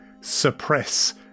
suppress